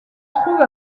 trouve